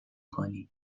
کنی